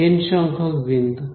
N সংখ্যক বিন্দু